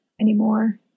anymore